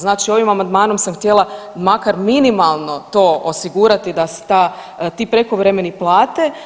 Znači ovim amandmanom sam htjela makar minimalno to osigurati da se ta, ti prekovremeni plate.